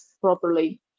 properly